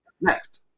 next